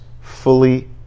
fully